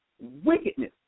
wickedness